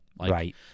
Right